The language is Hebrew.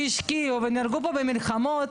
שהשקיעו ונהרגו פה במלחמות,